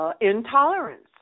intolerance